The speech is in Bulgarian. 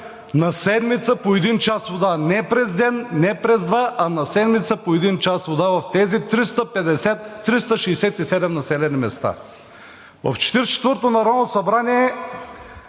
на седмица по един час вода. Не през ден, не през два, а на седмица по един час вода в тези 367 населени места! В Четиридесет и